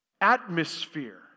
atmosphere